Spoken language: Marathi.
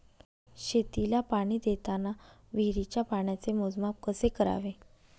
शेतीला पाणी देताना विहिरीच्या पाण्याचे मोजमाप कसे करावे?